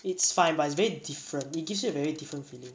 it's fine but is very different it gives you a very different feeling